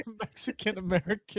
Mexican-American